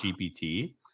GPT